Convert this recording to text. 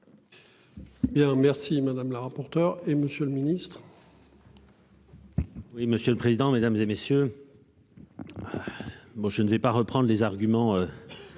merci madame la rapporteure et monsieur le ministre.